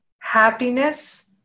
happiness